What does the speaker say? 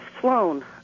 flown